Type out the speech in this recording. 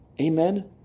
Amen